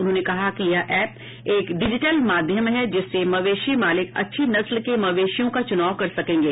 उन्होंने कहा कि यह एप एक डिजिटल माध्यम है जिससे मवेशी मालिक अच्छी नस्ल के मवेशियों का चुनाव कर सकेंगे